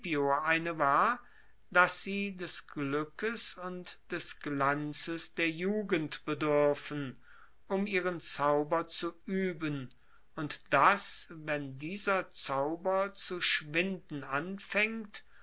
eine war dass sie des glueckes und des glanzes der jugend beduerfen um ihren zauber zu ueben und dass wenn dieser zauber zu schwinden anfaengt